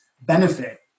benefit